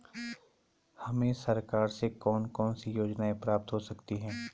हमें सरकार से कौन कौनसी योजनाएँ प्राप्त हो सकती हैं?